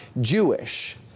Jewish